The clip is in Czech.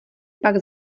pak